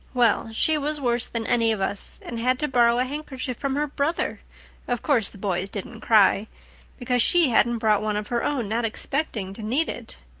well, she was worse than any of us and had to borrow a handkerchief from her brother of course the boys didn't cry because she hadn't brought one of her own, not expecting to need it.